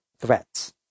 threats